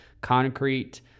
concrete